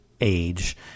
age